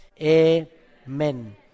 Amen